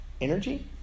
energy